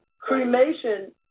Cremation